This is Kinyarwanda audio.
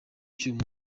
cy’uyu